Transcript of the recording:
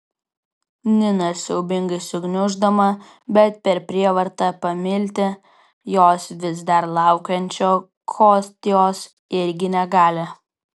nina siaubingai sugniuždoma bet per prievartą pamilti jos vis dar laukiančio kostios irgi negali